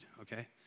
okay